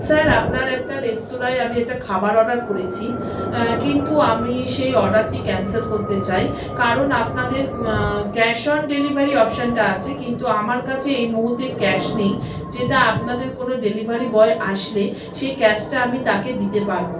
sir আপনার একটা রেস্তোরাঁয় আমি একটা খাবার অর্ডার করেছি কিন্তু আমি সেই অর্ডারটি ক্যান্সেল করতে চাই কারণ আপনাদের ক্যাশ অন ডেলিভারি অপশনটা আছে কিন্তু আমার কাছে এই মুহুর্তে ক্যাশ নেই যেটা আপনাদের কোনো ডেলিভারি বয় আসলে সেই ক্যাশটা আমি তাকে দিতে পারবো